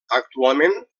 actualment